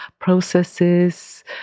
processes